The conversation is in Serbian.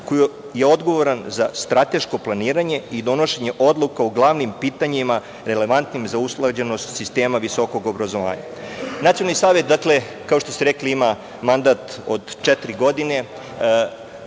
koji je odgovoran za strateško planiranje i donošenje odluka u glavnim pitanjima relevantnim za usklađenost sistema visokog obrazovanja. Nacionalni savet, kao što ste rekli, ima mandat od četiri godine.